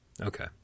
Okay